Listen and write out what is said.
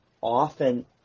often